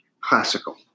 Classical